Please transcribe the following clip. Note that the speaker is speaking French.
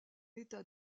état